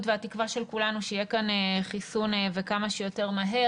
והתקווה של כולנו שיהיה כאן חיסון וכמה שיותר מהר.